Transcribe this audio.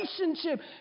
relationship